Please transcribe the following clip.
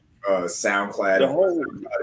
soundcloud